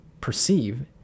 perceive